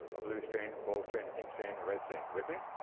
a blue strain, a gold strain, a pink strain, a red strain you with me?